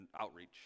outreach